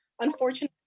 unfortunately